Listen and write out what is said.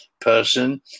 person